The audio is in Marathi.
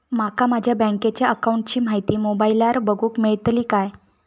माका माझ्या बँकेच्या अकाऊंटची माहिती मोबाईलार बगुक मेळतली काय?